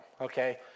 okay